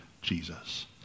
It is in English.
jesus